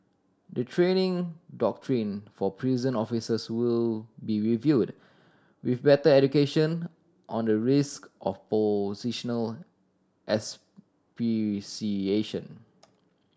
the training doctrine for prison officers will be reviewed with better education on the risk of positional asphyxiation